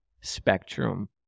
spectrum